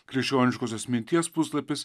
krikščioniškosios minties puslapis